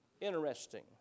Interesting